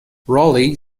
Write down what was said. raleigh